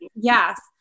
Yes